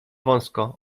wąsko